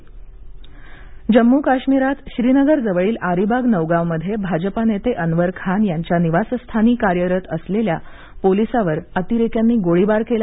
जम्म काश्मीर गोळीबार जम्मू काश्मीरात श्रीनगरजवळील आरीबाग नौगांवमध्ये भाजपानेते अनवर खान यांच्या निवासस्थानी कार्यरत असलेल्या पोलिसावर अतिरेक्यांनी गोळीबार केला